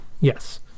Yes